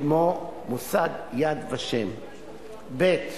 כמו מוסד "יד ושם"; ב.